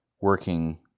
working